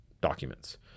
documents